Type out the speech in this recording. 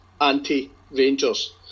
anti-rangers